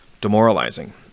demoralizing